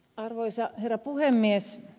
arvoisa herra puhemies